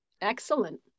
excellent